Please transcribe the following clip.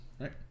right